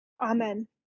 Amen